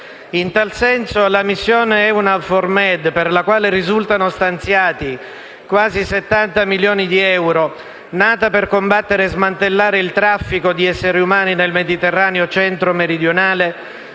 In tal senso la missione EUNAVFOR Med, per la quale risultano stanziati quasi 70 milioni di euro, nata per combattere e smantellare il traffico di esseri umani nel Mediterraneo centro-meridionale,